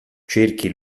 cerchi